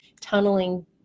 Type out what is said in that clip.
tunneling